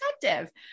perspective